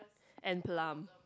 and plump